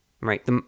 right